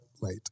late